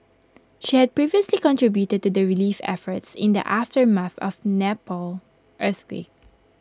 she had previously contributed to the relief efforts in the aftermath of the Nepal earthquake